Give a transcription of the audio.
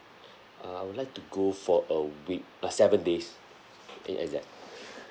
uh I would like to go for a week uh seven days in exact